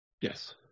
Yes